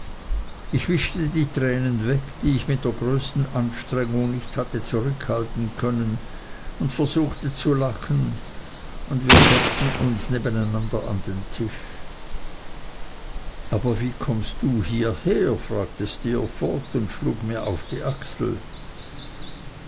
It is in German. ich wischte die tränen weg die ich mit der größten anstrengung nicht hatte zurückhalten können und versuchte zu lachen und wir setzten uns nebeneinander an den tisch aber wie kommst du hierher fragte steerforth und schlug mir auf die achsel